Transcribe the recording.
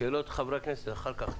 שאלות חברי הכנסת אחר כך.